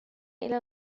إلى